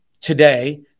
Today